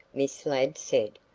miss ladd said.